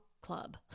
club